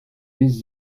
lässt